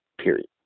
period